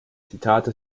zitate